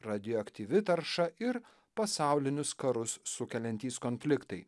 radioaktyvi tarša ir pasaulinius karus sukeliantys konfliktai